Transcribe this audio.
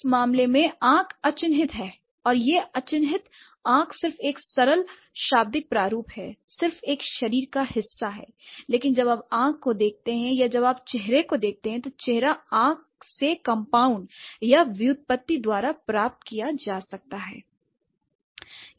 इस मामले में आंख अचिह्नित है और यह अचिह्नित आंख सिर्फ एक सरल शाब्दिक प्रारूप है सिर्फ एक शरीर का हिस्सा है लेकिन जब आप आंख को देखते हैं या जब आप चेहरे को देखते हैं तो चेहरा आंख से कंपाउंडिंग या व्युत्पत्ति द्वारा प्राप्त किया जा सकता है